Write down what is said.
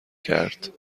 کرد